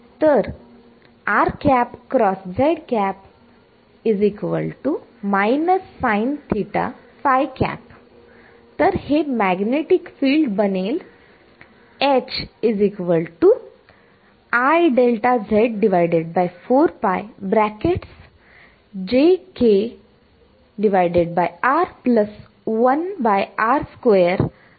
तर तरहे magnetic field बनेल